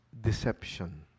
deception